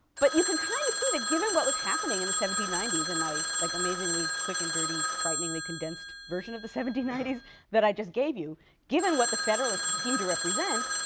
but you can kind of see that, given what was happening in the seventeen ninety s in my like amazingly quick and dirty, frighteningly condensed version of the seventeen ninety s that i just gave you given what the federalists seemed to represent,